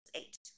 eight